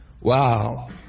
wow